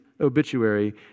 obituary